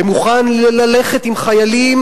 ומוכן ללכת עם חיילים,